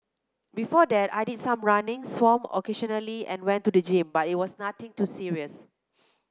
before that I did some running swam occasionally and went to the gym but it was nothing too serious